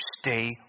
stay